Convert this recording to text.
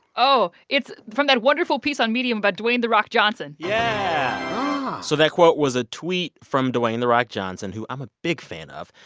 oh, it's from that wonderful piece on medium by dwayne the rock johnson yeah so that quote was a tweet from dwayne the rock johnson, who i'm a big fan ah of.